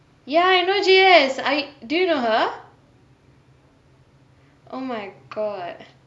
ya I know J_S I do you know her oh my god